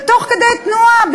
ותוך כדי תנועה,